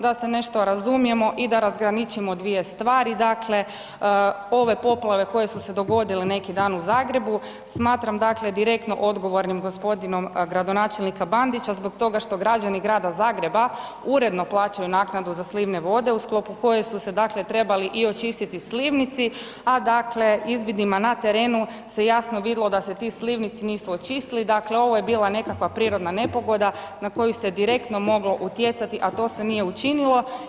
Da se nešto razumijemo i da razgraničimo dvije stvari dakle, ove poplave koje su se dogodile neki dan u Zagrebu smatram dakle direktno odgovornim gospodina gradonačelnika Bandića zbog toga što građani Grada Zagreba uredno plaćaju naknadu za slivne vode u sklopu koje su se dakle trebali i očistiti slivnici, a dakle izvidima na terenu se jasno vidlo da se ti slivnici nisu očistili, dakle ovo je bila nekakva prirodna nepogoda na koju se direktno moglo utjecati, a to se nije učinilo.